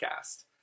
podcast